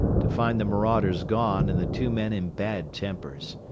to find the marauders gone and the two men in bad tempers.